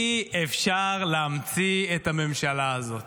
אי-אפשר להמציא את הממשלה הזאת.